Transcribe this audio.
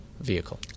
vehicle